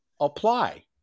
apply